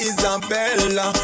Isabella